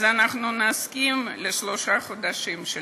אז אנחנו נסכים לדחייה של שלושה חודשים.